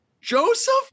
Joseph